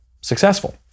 successful